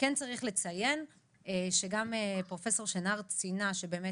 צריך לציין שגם פרופ' שנער ציינה שיש